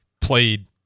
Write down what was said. played